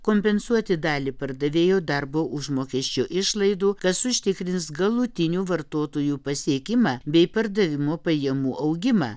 kompensuoti dalį pardavėjo darbo užmokesčio išlaidų kas užtikrins galutinių vartotojų pasiekimą bei pardavimo pajamų augimą